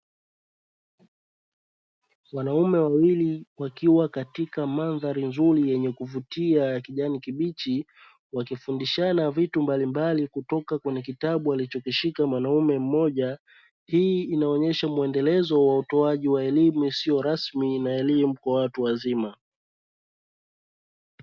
Wanaume wawili wakiwa katika mandhari nzuri yenye kuvutia ya kijani kibichi, wakifundishana vitu mbalimbali kutoka kwenye kitabu alichokishika mwanaume mmoja. Hii inaonyesha muendelezo usio rasmi wa elimu kwa watu wazima.